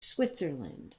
switzerland